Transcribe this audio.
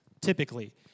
typically